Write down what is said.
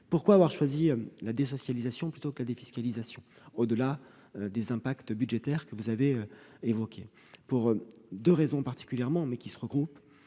Pourquoi avoir choisi la désocialisation plutôt que la défiscalisation, au-delà des impacts budgétaires que vous avez évoqués ? Principalement pour deux raisons qui se recoupent